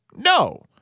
No